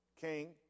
king